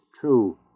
true